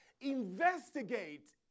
investigate